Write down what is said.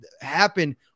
Happen